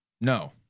No